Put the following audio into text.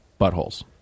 buttholes